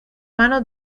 mano